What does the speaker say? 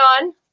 on